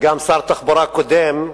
וגם שר התחבורה הקודם,